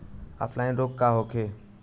Offline रोग का होखे?